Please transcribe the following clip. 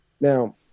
Now